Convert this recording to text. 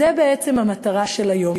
זאת בעצם המטרה של היום.